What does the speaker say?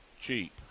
cheap